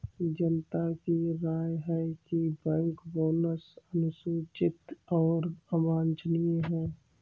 जनता की राय है कि बैंक बोनस अनुचित और अवांछनीय है